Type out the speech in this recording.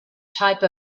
type